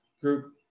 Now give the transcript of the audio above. group